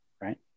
Right